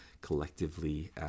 collectively